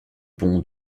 bon